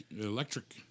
electric